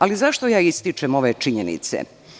Ali, zašto ja ističem ove činjenice?